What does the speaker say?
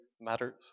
matters